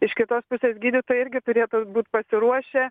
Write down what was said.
iš kitos pusės gydytojai irgi turėtų būt pasiruošę